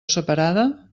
separada